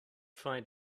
find